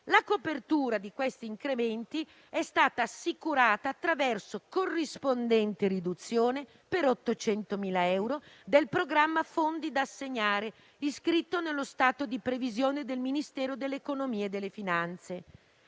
La copertura di questi incrementi è stata assicurata attraverso la corrispondente riduzione, per 800.000, del programma «Fondi da assegnare», iscritto nello stato di previsione del Ministero dell'economia e delle finanze.